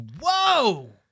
whoa